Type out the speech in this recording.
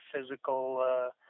physical